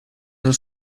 dal